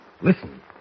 Listen